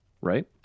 Right